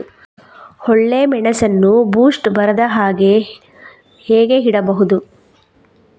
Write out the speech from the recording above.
ಒಳ್ಳೆಮೆಣಸನ್ನು ಬೂಸ್ಟ್ ಬರ್ದಹಾಗೆ ಹೇಗೆ ಇಡಬಹುದು?